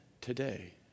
today